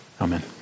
Amen